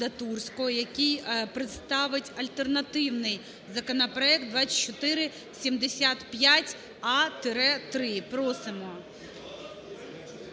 який представить альтернативний законопроекту 2475а-3, просимо.